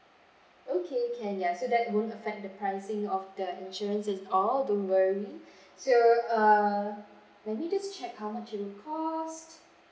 okay can yes so that won't affect the pricing of the insurance at all don't worry so uh maybe just check how much it will cost